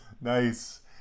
Nice